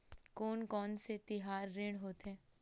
कोन कौन से तिहार ऋण होथे?